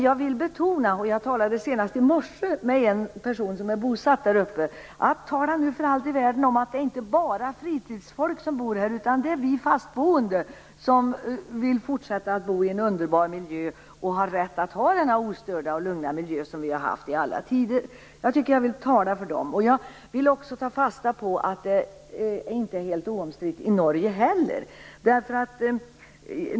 Jag talade senast i morse med en person som är bosatt där uppe, som sade till mig att för allt i världen tala om att det inte bara är fritidsfolk som bor där uppe utan att det också handlar om fastboende, som vill fortsätta bo i en underbar miljö och som har rätt att ha tillgång till den ostörda och lugna miljö som man har haft i alla tider. Jag vill tala för dem. Jag vill också ta fasta på att frågan inte heller i Norge är helt oomstridd.